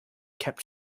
kept